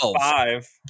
five